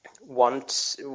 Want